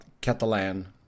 Catalan